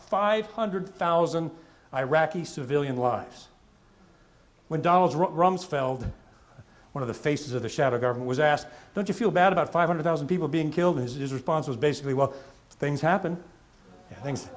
five hundred thousand iraqi civilian lives when dollars wrote rumsfeld one of the faces of the shadow government was asked don't you feel bad about five hundred thousand people being killed his response was basically well things happen things